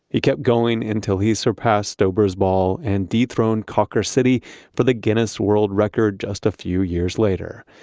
he kept going until he surpassed stoeber's ball and dethroned cawker city for the guinness world record just a few years later.